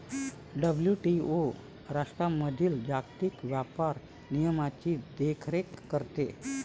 WTO राष्ट्रांमधील जागतिक व्यापार नियमांची देखरेख करते